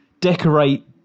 decorate